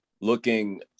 looking